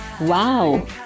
Wow